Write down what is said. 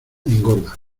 engorda